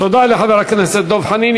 תודה לחבר הכנסת דב חנין.